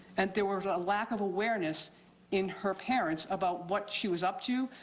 and there was a lack of awareness in her parents about what she was up to,